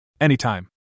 Anytime